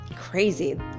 crazy